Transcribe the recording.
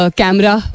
camera